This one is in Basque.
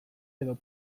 edo